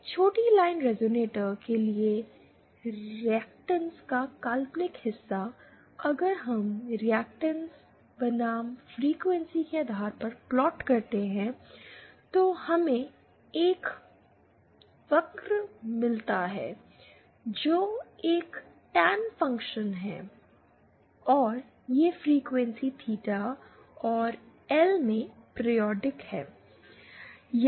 एक छोटी line resonator के लिए रिएक्टेंस का काल्पनिक हिस्सा अगर हम रिएक्टेंस बनाम फ्रीक्वेंसी के आधार पर प्लाट करते हैं तो हमें एक कर वक्र मिलता है जो एक टैन फ़ंक्शन है और यह फ्रीक्वेंसी थीटा और एल में पीरियोडिक है